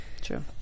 True